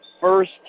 first